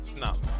No